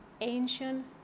ancient